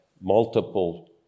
multiple